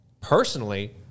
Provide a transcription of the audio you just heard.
Personally